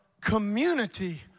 community